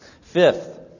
Fifth